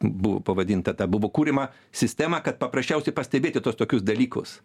buvo pavadinta ta buvo kuriama sistema kad paprasčiausia pastebėti tuos tokius dalykus